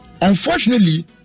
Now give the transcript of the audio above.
Unfortunately